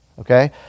Okay